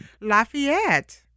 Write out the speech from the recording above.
Lafayette